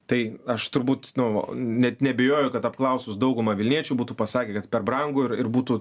tai aš turbūt nuo net neabejoju kad apklausus daugumą vilniečių būtų pasakę kad per brangu ir būtų